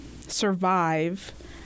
survive